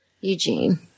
Eugene